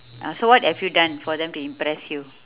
ah so what have you done for them to impress you